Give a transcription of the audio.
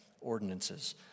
ordinances